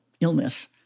illness